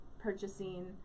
purchasing